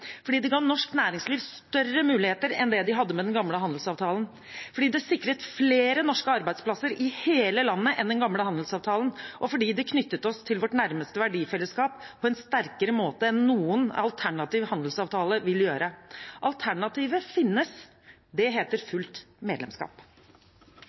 fordi det ga norsk næringsliv større muligheter enn man hadde med den gamle handelsavtalen, fordi det sikret flere norske arbeidsplasser i hele landet enn den gamle handelsavtalen, og fordi det knyttet oss til vårt nærmeste verdifellesskap på en sterkere måte enn noen alternativ handelsavtale vil gjøre. Alternativer finnes – det heter